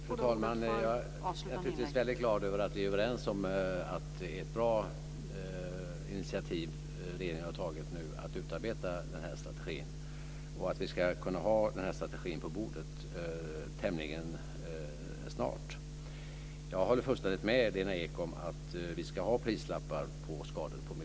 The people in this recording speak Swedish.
Fru talman! Jag är naturligtvis väldigt glad över att vi är överens om att det är ett bra initiativ som regeringen nu har tagit att utarbeta den här strategin och att vi ska kunna ha den här strategin på bordet tämligen snart. Jag håller fullständigt med Lena Ek om att vi ska ha prislappar på miljöskador.